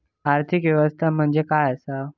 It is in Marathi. आर्थिक व्यवस्थापन म्हणजे काय असा?